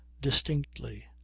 distinctly